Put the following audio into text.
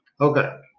Okay